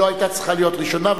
היא לא היתה צריכה להיות ראשונה,